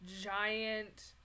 giant